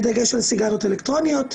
בדגש על סיגריות אלקטרוניות,